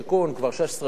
כבר 16 שנה,